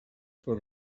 per